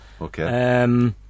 Okay